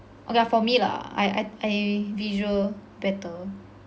okay lah for me lah I I visual better